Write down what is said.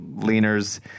Leaners